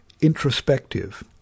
introspective